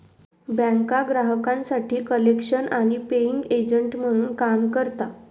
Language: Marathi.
बँका ग्राहकांसाठी कलेक्शन आणि पेइंग एजंट म्हणून काम करता